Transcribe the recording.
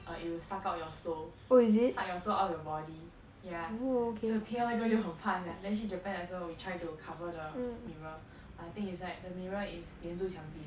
err it will suck out your soul suck your soul out of your body yeah 听到那个就很怕 leh then 去 japan 的时候 we try to cover the mirror but the thing is right the mirror is 粘住墙壁的